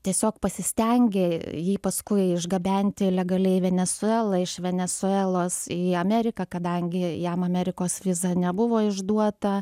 tiesiog pasistengė jį paskui išgabenti legaliai į venesuelą iš venesuelos į ameriką kadangi jam amerikos viza nebuvo išduota